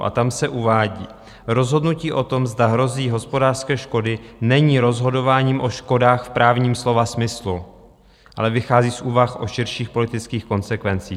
A tam se uvádí: Rozhodnutí o tom, zda hrozí hospodářské škody, není rozhodováním o škodách v právním slova smyslu, ale vychází z úvah o širších politických konsekvencích.